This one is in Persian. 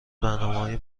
برنامههای